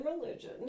religion